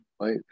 Right